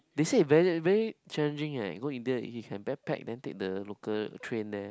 they say it's very very challenging eh go India you can backpack then take the local train there